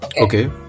Okay